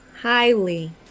highly